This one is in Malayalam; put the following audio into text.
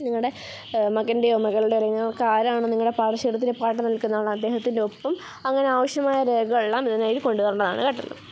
നിങ്ങളുടെ മകൻ്റെയോ മകളുടെയോ നിങ്ങൾക്കാരാണോ നിങ്ങളെ പാടശേഖരണത്തിന് പാട്ടു നിൽക്കുന്നയാൾ അദ്ദേഹത്തിൻ്റെ ഒപ്പും അങ്ങനെ ആവശ്യമായ രേഖകളെല്ലാം ഇതിനായി കൊണ്ടുവരേണ്ടതാണ് കേട്ടല്ലോ